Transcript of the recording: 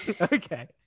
Okay